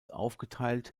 aufgeteilt